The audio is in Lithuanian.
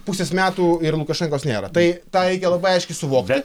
pusės metų ir lukašenkos nėra tai tą reikia labai aiškiai suvokti